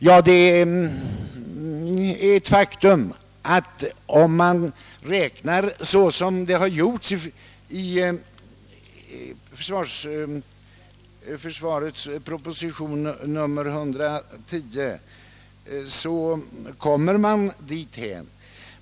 Ja, om man räknar så som det har gjorts i försvarsministerns proposition nr 110, kommer man dithän.